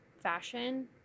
fashion